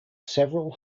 several